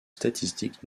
statistiques